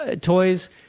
Toys